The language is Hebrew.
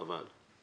חבל.